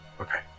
Okay